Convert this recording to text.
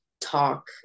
talk